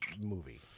movie